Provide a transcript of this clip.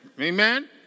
Amen